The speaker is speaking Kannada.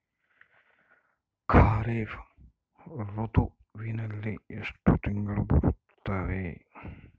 ಖಾರೇಫ್ ಋತುವಿನಲ್ಲಿ ಎಷ್ಟು ತಿಂಗಳು ಬರುತ್ತವೆ?